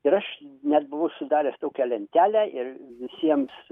ir aš net buvau sudaręs tokią lentelę ir visiems